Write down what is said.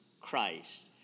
Christ